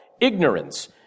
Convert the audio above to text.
ignorance